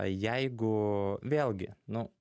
jeigu vėlgi nu